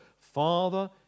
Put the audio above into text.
Father